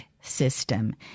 system